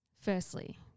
Firstly